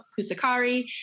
Kusakari